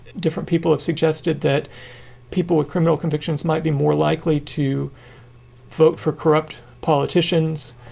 different people have suggested that people with criminal convictions might be more likely to vote for corrupt politicians.